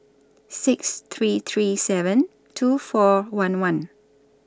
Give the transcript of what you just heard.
six three three seven two four one one